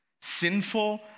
sinful